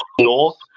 north